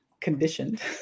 conditioned